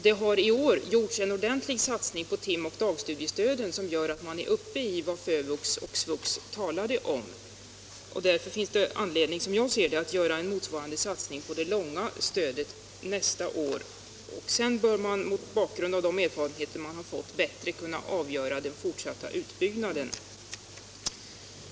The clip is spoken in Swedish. Det har i år gjorts en ordentlig satsning på tim och dagstudiestöden som gör att man nu är uppe i FÖVUX och SVUX planeringstal. Därför finns det, som jag ser det, anledning att göra en motsvarande statsning på det långa studiestödet nästa år. Sedan bör man mot bakgrund av de erfarenheter man fått bättre kunna avgöra inriktningen av den fortsatta utbyggnaden.